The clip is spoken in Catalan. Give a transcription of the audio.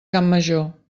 campmajor